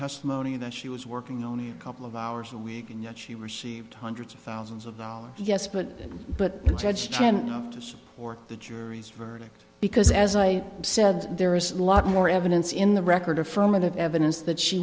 testimony that she was working only a couple of hours a week and that she received hundreds of thousands of dollars yes but but the judge didn't know or the jury's verdict because as i said there is a lot more evidence in the record affirmative evidence that she